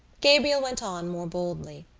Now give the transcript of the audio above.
gabriel went on more boldly